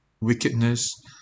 wickedness